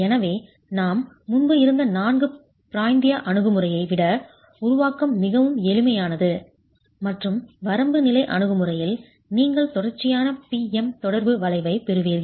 எனவே நாம் முன்பு இருந்த நான்கு பிராந்திய அணுகுமுறையை விட உருவாக்கம் மிகவும் எளிமையானது மற்றும் வரம்பு நிலை அணுகுமுறையில் நீங்கள் தொடர்ச்சியான P M தொடர்பு வளைவைப் பெறுவீர்கள்